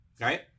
Right